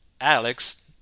Alex